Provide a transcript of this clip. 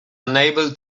unable